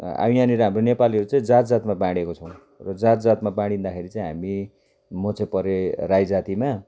अब यहाँनिर हाम्रो नेपालीहरू चाहिँ जात जातमा बाँडिएको छौँ र जात जातमा बाँडिदाखेरि चाहिँ हामी म चाहिँ परेँ राई जातिमा